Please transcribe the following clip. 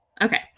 Okay